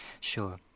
Sure